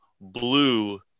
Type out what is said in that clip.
blue